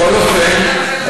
בכל אופן,